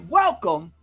welcome